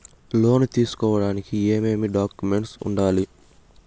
లోను తీసుకోడానికి ఏమేమి డాక్యుమెంట్లు ఉండాలి